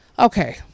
Okay